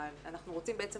אנחנו רוצים בעצם